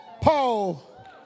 Paul